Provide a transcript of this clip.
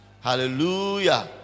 hallelujah